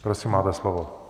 Prosím, máte slovo.